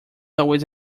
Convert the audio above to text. always